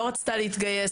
לא רצתה להתגייס,